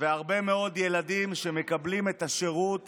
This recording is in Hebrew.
הרבה מאוד ילדים שמקבלים את השירות